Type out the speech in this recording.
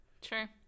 sure